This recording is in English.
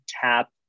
tap